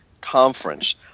conference